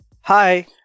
Hi